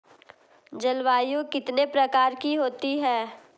जलवायु कितने प्रकार की होती हैं?